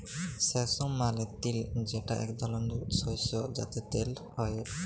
সেসম মালে তিল যেটা এক ধরলের শস্য যাতে তেল হ্যয়ে